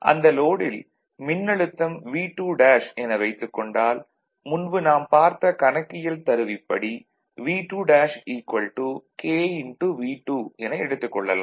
மேலும் அந்த லோடில் மின்னழுத்தம் V2' என வைத்துக் கொண்டால் முன்பு நாம் பார்த்த கணக்கியல் தருவிப்படி V2' kV2 என எடுத்துக் கொள்ளலாம்